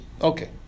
Okay